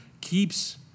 keeps